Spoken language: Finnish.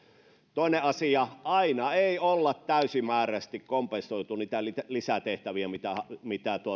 toinen asia aina ei olla täysimääräisesti kompensoitu niitä lisätehtäviä mitä mitä